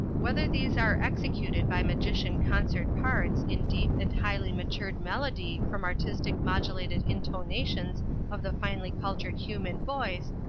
whether these are executed by magician concert parts in deep and highly matured melody from artistic modulated intonations of the finely cultured human voice,